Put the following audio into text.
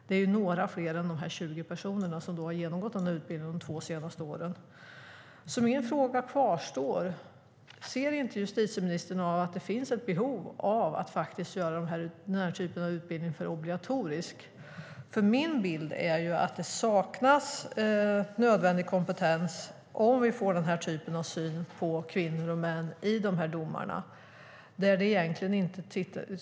Det är några fler än de 20 personer som har genomgått utbildningen under de senaste åren. Min fråga kvarstår: Ser inte justitieministern att det finns ett behov av att göra denna typ av utbildning obligatorisk? Min bild är att det saknas nödvändig kompetens om vi får denna typ av syn på kvinnor och män i domarna.